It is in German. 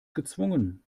gezwungen